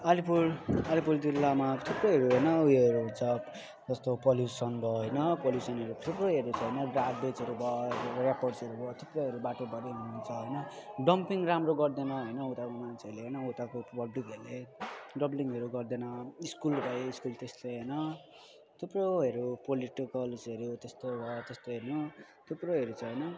अलिपुर अलिपुर जिल्लामा थुप्रै उयोहरू छ जस्तो पल्युसन भयो होइन पल्युसनहरू थुप्रो होइन गार्बेजहरू भयो ऱ्यापर्सहरू भयो थुप्रैहरू बाटोभरि हुन्छ होइन डम्पिङ राम्रो गर्दैन होइन उताको मान्छेहरूले होइन उताको पब्लिकहरूले डम्पिङहरू गर्दैन स्कुल भए स्कुल त्यस्तै होइन थुप्रोहरू पोलिटेक्निक कलेजहरू त्यस्तो भयो त्यस्तो होइन थुप्रोहरू छ होइन